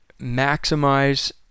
maximize